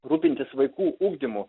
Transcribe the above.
rūpintis vaikų ugdymu